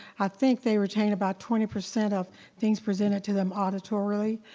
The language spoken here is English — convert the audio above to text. i think they retain about twenty percent of things presented to them auditorily.